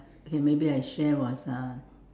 okay maybe I share was uh